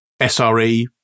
sre